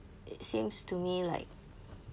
it seems to me like